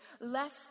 less